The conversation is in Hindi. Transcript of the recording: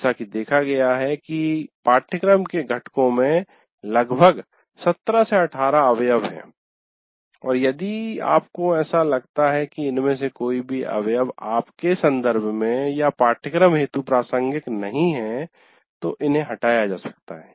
जैसा कि देखा गया है कि पाठ्यक्रम के घटकों में लगभग 17 18 अवयव हैं और यदि आपको ऐसा लगता है कि इनमें से कोई भी अवयव आपके संदर्भ में या पाठ्यक्रम हेतु प्रासंगिक नहीं है तो उन्हें हटाया जा सकता है